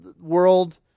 world